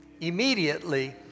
Immediately